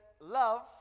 love